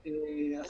לעסקים.